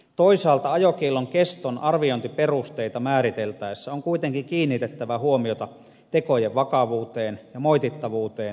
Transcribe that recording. toisaalta ajokiellon keston arviointiperusteita määritettäessä on kuitenkin kiinnitettävä huomiota tekojen vakavuuteen ja moitittavuuteen liikenneturvallisuuden kannalta